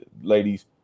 ladies